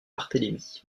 barthélemy